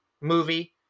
movie